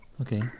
okay